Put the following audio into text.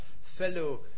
fellow